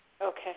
Okay